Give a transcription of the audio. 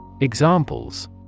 Examples